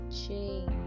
chain